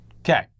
Okay